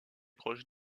proche